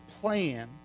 plan